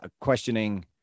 questioning